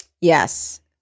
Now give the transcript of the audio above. Yes